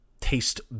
taste